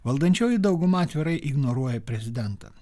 valdančioji dauguma atvirai ignoruoja prezidentą